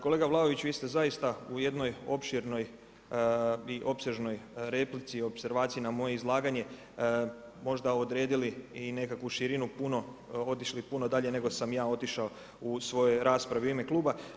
Kolega Vlaović, vi ste zaista u jednoj opširnoj i opsežnoj replici, opservaciji na moje izlaganje možda odredili i nekakvu širinu, otišli puno dalje nego sam ja otišao u svoj raspravi u ime kluba.